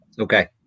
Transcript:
Okay